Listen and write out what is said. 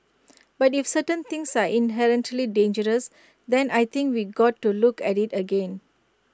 but if certain things are inherently dangerous then I think we got to look at IT again